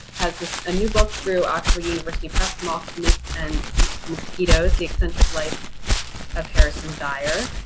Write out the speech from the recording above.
have a new book through oxford university press, moths, myths, and mosquitoes, the eccentric life of harrison dyar.